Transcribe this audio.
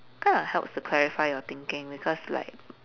kind of helps to clarify your thinking because like